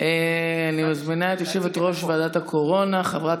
נספחות.] אני מזמינה את יושבת-ראש הוועדה חברת